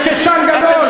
אתם קשקשנים, קשקשן גדול.